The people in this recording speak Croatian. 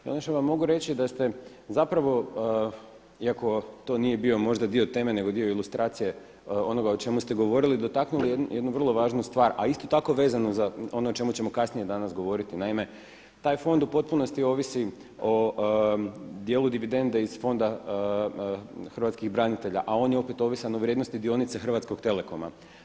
I ono što vam mogu reći da ste zapravo, iako to nije bio možda dio teme, nego dio ilustracije onoga o čemu ste govorili, dotaknuli jednu vrlo važnu stvar a isto tako vezano za ono o čemu ćemo kasnije danas govoriti naime, taj fond u potpunosti ovisi o dijelu dividende iz Fonda hrvatskih branitelja a on je opet ovisan o vrijednosti dionice Hrvatskog telekoma.